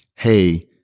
hey